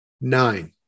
Nine